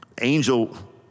angel